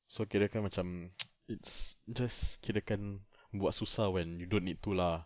so kirakan macam it's just kirakan buat susah when you don't need to lah